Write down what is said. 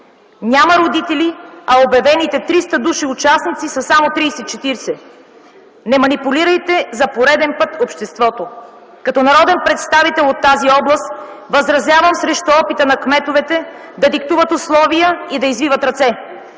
Няма родители, а от обявените 300 души участници са само 30-40. Не манипулирайте за пореден път обществото! Като народен представител от тази област възразявам срещу опита на кметовете да диктуват условия и да извиват ръце.